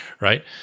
right